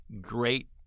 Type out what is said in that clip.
great